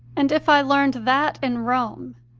and if i learned that in rome,